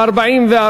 44,